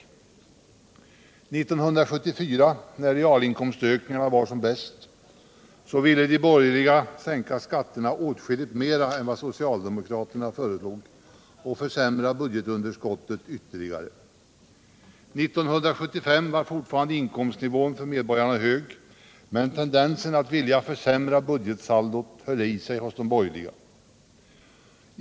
År 1974, när realinkomstökningarna var som bäst, ville de borgerliga sänka skatterna åtskilligt mer än vad socialdemokraterna föreslog och försämra budgetunderskottet ytterligare. År 1975 var fortfarande inkomstnivån hög, men tendensen att vilja försämra budgetsaldot höll i sig hos de borgerliga.